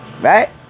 right